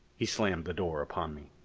he slammed the door upon me.